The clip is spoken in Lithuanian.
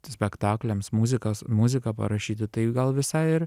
spektakliams muzikas muziką parašyti tai gal visai ir